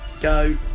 Go